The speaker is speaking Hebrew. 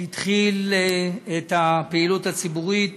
שהתחיל את הפעילות הציבורית